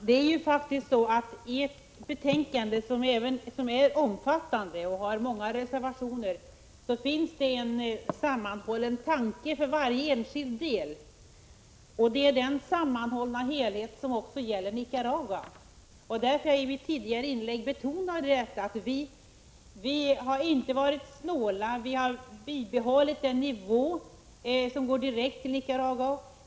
Herr talman! I det här betänkandet, som är omfattande och har många reservationer, finns det faktiskt en sammanhållen tanke för varje enskild del. Den sammanhållna helheten gäller också Nicaragua, och därför betonade jag i ett tidigare inlägg att vi inte har varit snåla, utan vi har bibehållit nivån för det bistånd som går direkt till Nicaragua.